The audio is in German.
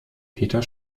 peter